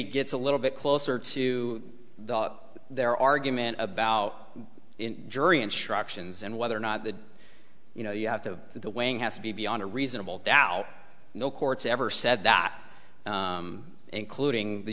maybe gets a little bit closer to their argument about jury instructions and whether or not the you know you have to the weighing has to be beyond a reasonable doubt no courts ever said that including the